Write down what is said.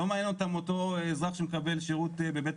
לא מעניין אותם אותו אזרח שמקבל שירות בבית